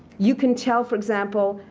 you can tell, for example,